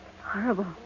Horrible